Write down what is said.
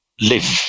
live